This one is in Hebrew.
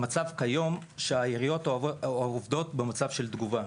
המצב כיום הוא שהעיריות עובדות במצב של תגובה.